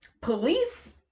police